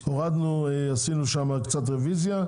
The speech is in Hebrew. הורדנו עשינו שמה קצת רוויזיה,